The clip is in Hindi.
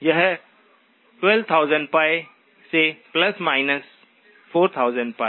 यह 12000π से 4000 π है